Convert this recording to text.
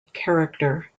character